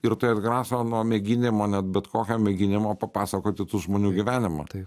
ir tai atgraso nuo mėginimo net bet kokio mėginimo papasakoti tų žmonių gyvenimą